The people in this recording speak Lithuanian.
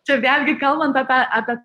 čia vėlgi kalbant apie apie